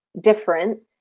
different